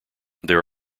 there